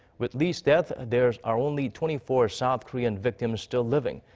with lee's death, there are only twenty four south korean victims still living.